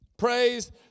Praise